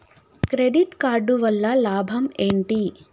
Credit card వల్ల లాభం ఏంటి?